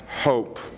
hope